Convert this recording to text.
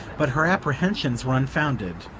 but her apprehensions were unfounded.